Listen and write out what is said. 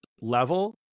level